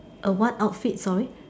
a what outfit sorry